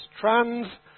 trans